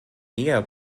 eher